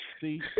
see